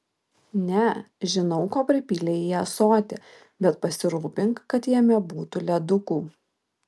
ne žinau ko pripylei į ąsotį bet pasirūpink kad jame būtų ledukų